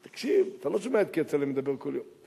תקשיב, אתה לא שומע את כצל'ה מדבר כל יום.